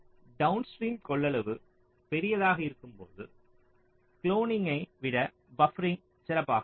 downstream கொள்ளளவு பெரியதாக இருக்கும்போது குளோனிங்கை விட பப்பரிங் சிறப்பாக இருக்கும்